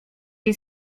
jej